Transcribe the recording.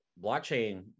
Blockchain